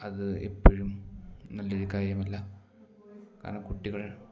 അത് എപ്പെഴും നല്ല ഒരു കാര്യമല്ല കാരണം കുട്ടികൾ